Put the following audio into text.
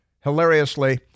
Hilariously